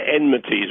enmities